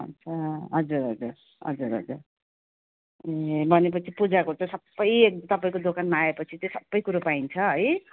अच्छा हजुर हजुर हजुर हजुर ए भने पछि पूजाको चाहिँ सबै एक् तपाईँको दोकानमा आएपछि चाहिँ सबै कुरो पाइन्छ है